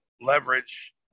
leverage